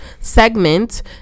segment